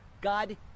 god